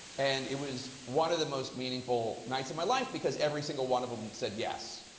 and it was one of the most meaningful nights of my life because every single one of them said yes,